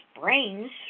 brains